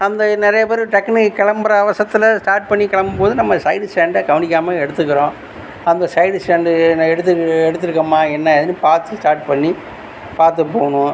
அந்த நிறைய பேர் டக்குன்னு கிளம்புற அவசரத்தில் ஸ்டார்ட் பண்ணி கிளம்பும்போது நம்ம சைடு ஸ்டாண்டை கவனிக்காமல் எடுத்துக்குறோம் அந்த சைடு ஸ்டாண்டு எடுத்து எடுத்துருக்கோமா என்ன ஏதுன்னு பார்த்து ஸ்டார்ட் பண்ணி பார்த்து போகணும்